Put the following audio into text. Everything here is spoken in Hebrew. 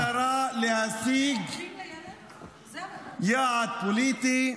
-- במטרה להשיג יעד פוליטית,